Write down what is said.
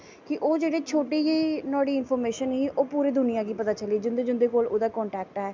ओह् शोटी जेही नोहाड़ी इंफ्रमेशन ही ओह् पूरी दुनियां गी पता चली गेई जिं'दे जिं'दे कोल ओह्दा कन्टैक्ट ऐ